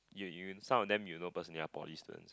yeah you some of them you know personally are poly student